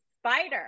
spider